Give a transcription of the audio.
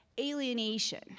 alienation